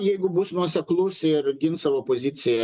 jeigu bus nuoseklus ir gins savo poziciją